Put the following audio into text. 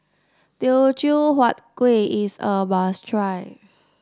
Teochew Huat Kuih is a must try